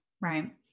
Right